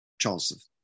Charles